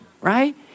Right